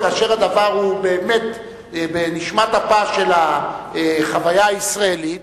כאשר הדבר באמת בנשמת אפה של החוויה הישראלית,